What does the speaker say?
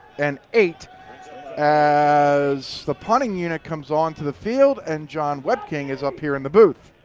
and eight as the punting unit comes on to the field and jon wepking is up here in the booth.